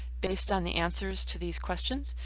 based on the answers to these questions,